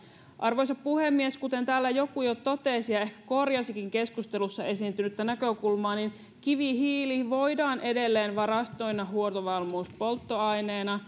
arvoisa puhemies kuten täällä joku jo totesi ja ehkä korjasikin keskustelussa esiintynyttä näkökulmaa niin kivihiiltä voidaan edelleen varastoida huoltovarmuuspolttoaineena